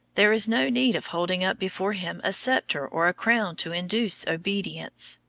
there is no need of holding up before him a scepter or a crown to induce obedience.